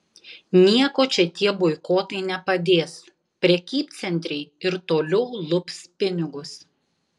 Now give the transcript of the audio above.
nieko čia tie boikotai nepadės prekybcentriai ir toliau lups pinigus